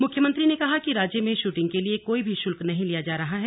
मुख्यमंत्री ने कहा कि राज्य में शूटिंग के लिए कोई भी शुल्क नहीं लिया जा रहा है